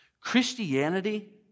Christianity